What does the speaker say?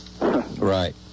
Right